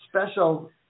special